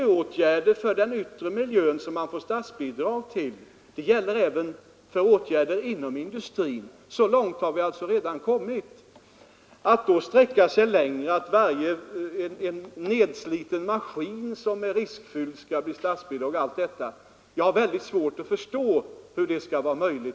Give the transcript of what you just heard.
De åtgärder för den yttre miljön som man får statsbidrag till innefattar således även åtgärder inom industrin — så långt har vi redan kommit. Jag har väldigt svårt att förstå hur det skulle vara möjligt att införa bestämmelser som innebär att statsbidrag skulle utgå även för t.ex. utbyte av en nedsliten maskin som föranleder risker.